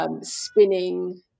spinning